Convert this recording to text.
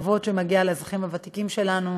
הכבוד שמגיע לאזרחים הוותיקים שלנו,